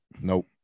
Nope